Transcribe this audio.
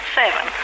seven